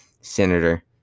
senator